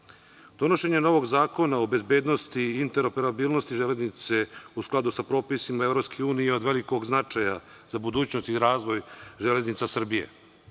EU.Donošenjem novog Zakona o bezbednosti i interoperabilnosti železnice u skladu sa propisima EU je od velikog značaja za budućnost i razvoj „Železnica Srbije“.